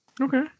Okay